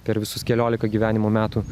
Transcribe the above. per visus keliolika gyvenimo metų